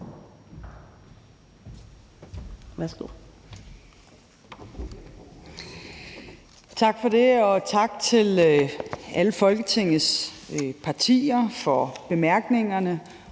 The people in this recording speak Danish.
Tak for det. Og tak til alle Folketingets partier for bemærkningerne